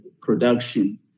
production